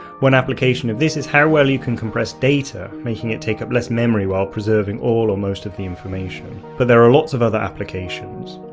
one application of this is how well you can compress data, making it take up less memory while preserving all or most of the information but there are lots of other applications.